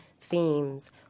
themes